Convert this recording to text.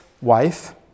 wife